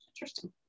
Interesting